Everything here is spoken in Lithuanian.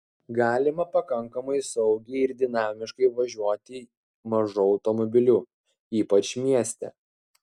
galima pakankamai saugiai ir dinamiškai važiuoti mažu automobiliu ypač mieste